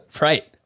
Right